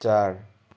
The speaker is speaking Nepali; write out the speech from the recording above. चार